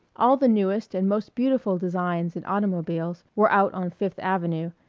all the newest and most beautiful designs in automobiles were out on fifth avenue,